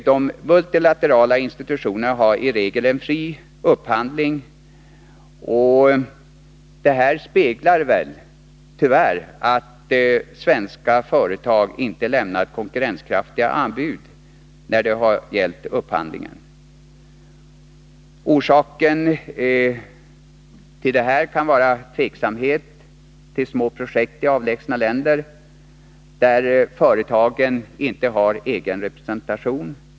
De multilaterala institutionerna har i regel en fri upphandling, och detta speglar väl tyvärr att svenska företag inte lämnat konkurrenskraftiga anbud när det har gällt upphandling. Orsaken till detta kan vara tveksamhet till små projekt i avlägsna länder, där företagen inte har egen representation.